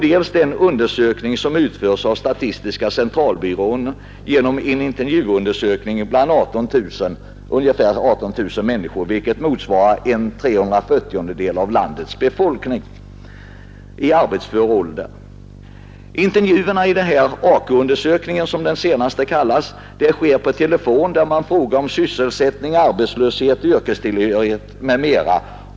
Statistiska centralbyrån får fram sina siffror genom en intervjuundersökning bland ungefär 18 000 människor, vilket motsvarar en trehundrafyrtiondedel av landets befolkning i arbetsför ålder. Intervjuerna i denna s.k. AK-undersökning sker per telefon, och frågor ställs om sysselsättning, arbetslöshet, yrkestillhörighet m.m.